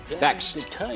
Next